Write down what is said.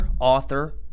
author